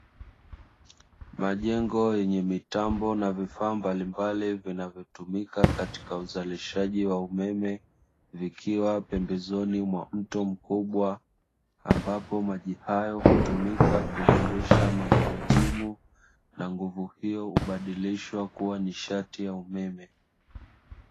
Majengo yenye mitambo na vifaa mbalimbali vinavyotumika katika uzalishaji wa umeme, vikiwa pembezoni mwa mto mkubwa ambapo maji hayo hutumika kuzungusha magurudumu na nguvu hiyo hubadilishwa kuwa nishati ya umeme.